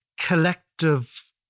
collective